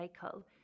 cycle